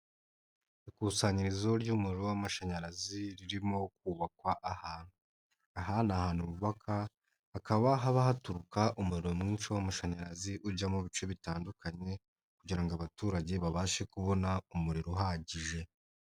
Ikusanyirizo ry'umuriro w'amashanyarazi ririmo kubakwa ahantu, aha ni ahantu bubaka hakaba haba haturuka umuriro mwinshi w'amashanyarazi ujya mu bice bitandukanye, kugira ngo abaturage babashe kubona umuriro uhagije.